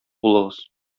булыгыз